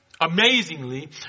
amazingly